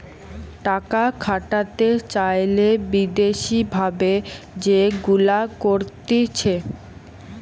টাকা খাটাতে চাইলে বিদেশি ভাবে যেগুলা করতিছে